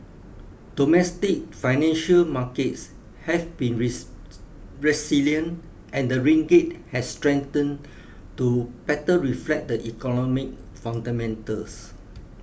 domestic financial markets have been resilient and the ringgit has strengthened to better reflect the economic fundamentals